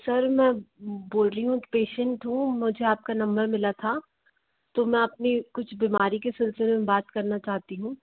sir मैं बोल रही हूँ पेशेंट हूँ मुझे आपका नंबर मिला था तो मैं अपनी कुछ बीमारी के सिलसिले में बात करना चाहती हूँ